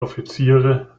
offiziere